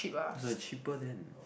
is like cheaper then